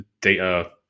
data